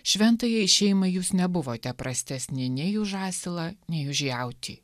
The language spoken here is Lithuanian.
šventajai šeimai jūs nebuvote prastesni nei už asilą nei už jautį